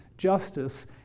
Justice